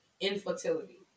infertility